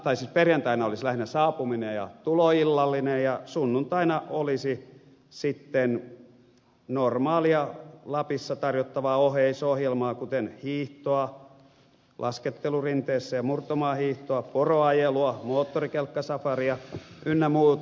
siis perjantaina olisi lähinnä saapuminen ja tuloillallinen ja sunnuntaina olisi sitten normaalia lapissa tarjottavaa oheisohjelmaa kuten hiihtoa laskettelurinteessä ja murtomaahiihtoa poroajelua moottorikelkkasafaria ynnä muuta